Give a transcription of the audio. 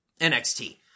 NXT